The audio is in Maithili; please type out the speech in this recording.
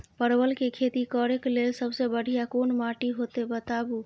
परवल के खेती करेक लैल सबसे बढ़िया कोन माटी होते बताबू?